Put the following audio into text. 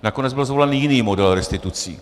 Nakonec byl zvolen jiný model restitucí.